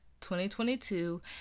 2022